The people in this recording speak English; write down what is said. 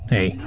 Hey